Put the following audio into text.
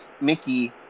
Mickey